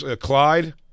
Clyde